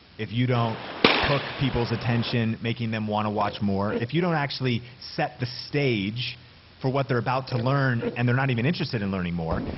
if you don't hook people's attention making them wanna watch more. if you don't actually set the stage for what they're about to learn and they're not even interested in learning more.